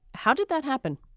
how did that happen?